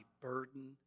burden